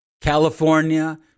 California